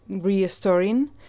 restoring